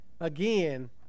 again